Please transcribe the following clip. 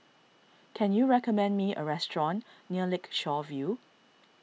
can you recommend me a restaurant near Lakeshore View